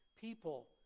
people